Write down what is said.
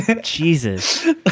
Jesus